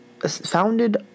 founded